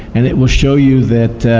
and it will show you that